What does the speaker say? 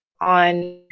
on